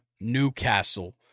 Newcastle